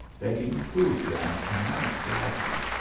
begging food and a night s lodging.